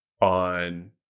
on